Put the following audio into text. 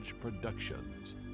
Productions